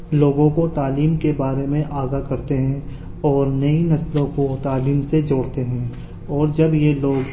لوگوں کو تعلیم کے بارے میں آگاہ کرتے ہیں اور نئی نسلوں کو تعلیم سے جوڑتے ہیں اور جب یہ لوگ